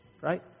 right